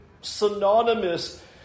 synonymous